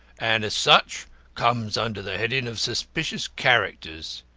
and as such comes under the heading of suspicious characters.